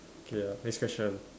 okay ah next question